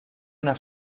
una